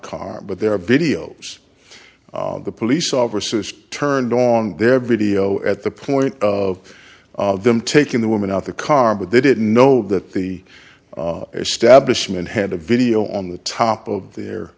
car but there are videos of the police officers turned on their video at the point of of them taking the woman out the car but they didn't know that the establishment had a video on the top of their